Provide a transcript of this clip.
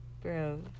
Bro